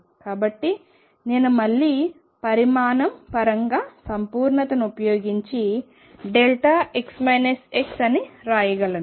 కాబట్టి నేను మళ్లీ పరిమాణం పరంగా సంపూర్ణతను ఉపయోగించి x xఅనిరాయగలను